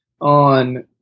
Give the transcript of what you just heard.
on